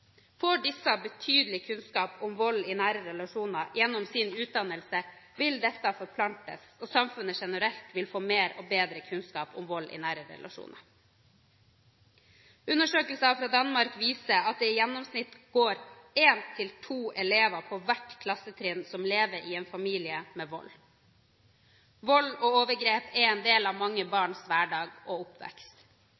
Får disse betydelig kunnskap om vold i nære relasjoner gjennom sin utdannelse, vil dette forplantes, og samfunnet generelt vil få mer og bedre kunnskap om vold i nære relasjoner. Undersøkelser fra Danmark viser at det i gjennomsnitt går én til to elever på hvert klassetrinn som lever i en familie med vold. Vold og overgrep er en del av mange